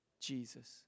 Jesus